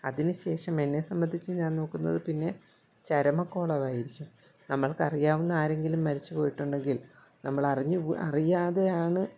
അതിനുശേഷം എന്നെ സംബന്ധിച്ച് ഞാൻ നോക്കുന്നത് പിന്നെ ചരമകോളമായിരിക്കും നമ്മൾക്കറിയാവുന്ന ആരെങ്കിലും മരിച്ചുപോയിട്ടുണ്ടെങ്കിൽ നമ്മൾ അറുഞ്ഞു അറിയാതെയാണ്